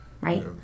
right